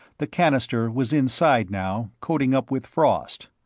the cannister was inside now, coating up with frost.